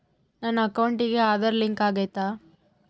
ನನ್ನ ಅಕೌಂಟಿಗೆ ಆಧಾರ್ ಲಿಂಕ್ ಆಗೈತಾ?